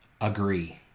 Agree